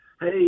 Hey